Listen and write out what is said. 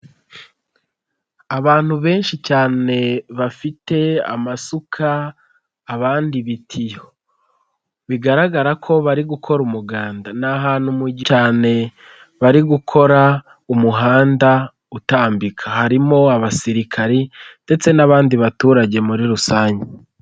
Abantu benshi cyane bafite amasuka, abandi ibitiyo bigaragara ko bari gukora umuganda, n'ahantu mu cyaro cyane bari gukora umuhanda utambika, harimo abasirikari ndetse n'abandi baturage muri rusange.